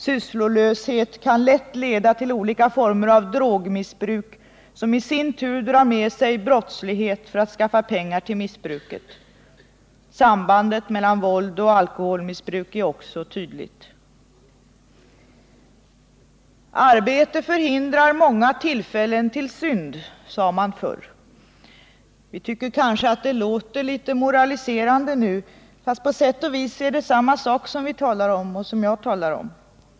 Sysslolöshet kan lätt leda till olika former av drogmissbruk, som i sin tur drar med sig brottslighet för att skaffa pengar till missbruket. Sambandet mellan våld och alkoholmissbruk är också tydligt. ”Arbete förhindrar många tillfällen till synd”, sade man förr. Vi kanske tycker det låter litet moraliserande nu, men på sätt och vis är det samma sak som vi talar om och som jag nu talar om.